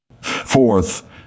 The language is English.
Fourth